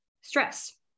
stress